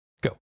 go